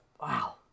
wow